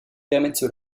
permettent